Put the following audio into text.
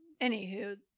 Anywho